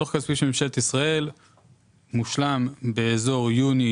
הדוח הכספי של ממשלת ישראל מושלם באזור יוני,